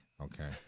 okay